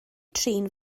trin